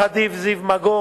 עורך-הדין זיו מגור,